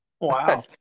Wow